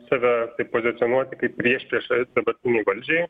save pozicionuoti kaip priešpriešą dabartinei valdžiai